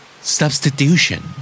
Substitution